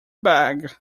bag